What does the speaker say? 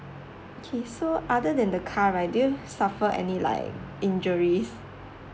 okay so other than the car right do you suffer any like injuries